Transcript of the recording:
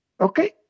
okay